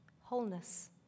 Wholeness